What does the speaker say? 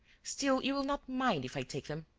still, you will not mind if i take them?